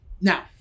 Now